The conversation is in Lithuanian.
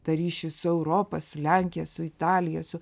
tą ryšį su europa su lenkija su italija su